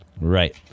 Right